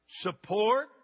support